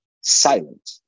silent